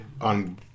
on